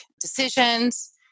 decisions